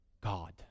God